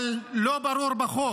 אבל לא ברור בחוק